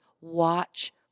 watch